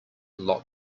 lot